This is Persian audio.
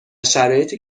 شرایطی